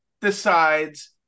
decides